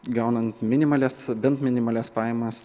gaunant minimalias bent minimalias pajamas